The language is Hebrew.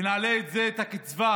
ונעלה את הקצבה